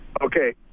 Okay